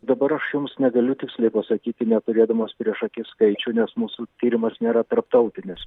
dabar aš jums negaliu tiksliai pasakyti neturėdamas priešakis skaičių nes mūsų tyrimas nėra tarptautinis